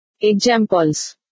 Examples